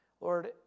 Lord